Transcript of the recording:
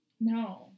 No